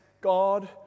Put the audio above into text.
God